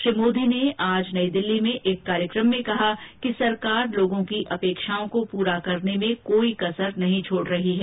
श्री मोदी ने आज नई दिल्ली में एक कार्यक्रम में कहा कि सरकार लोगों की अपेक्षाओं को पूरा करने में कोई कसर नहीं छोड रही है